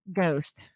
ghost